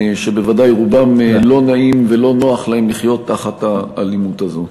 שבוודאי רובם לא נעים ולא נוח להם לחיות תחת האלימות הזאת.